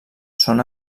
són